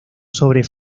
sobre